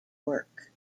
work